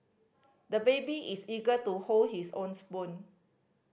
the baby is eager to hold his own spoon